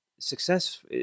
Success